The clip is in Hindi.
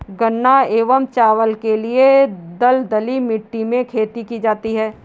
गन्ना एवं चावल के लिए दलदली मिट्टी में खेती की जाती है